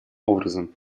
образом